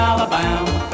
Alabama